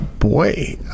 Boy